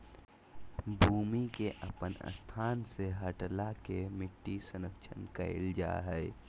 भूमि के अपन स्थान से हटला के मिट्टी क्षरण कहल जा हइ